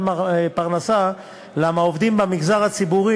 מצביעים על כך שכ-10% ממקרי ההתאבדות